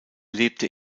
lebte